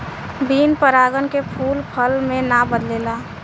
बिन परागन के फूल फल मे ना बदलेला